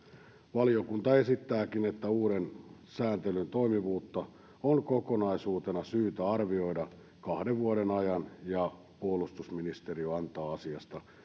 valiokunta esittääkin että uuden sääntelyn toimivuutta on kokonaisuutena syytä arvioida kahden vuoden ajan ja että puolustusministeriö antaa asiasta